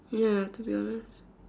ya to be honest